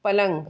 पलंग